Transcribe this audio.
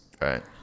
Right